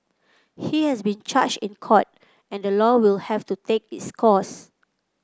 he has been charged in court and the law will have to take its course